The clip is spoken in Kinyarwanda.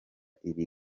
iri